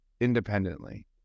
independently